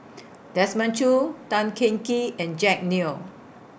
Desmond Choo Tan Cheng Kee and Jack Neo